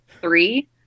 three